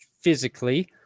physically